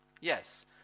Yes